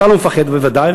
אתה לא מפחד בוודאי,